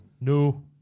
No